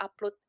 upload